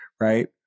Right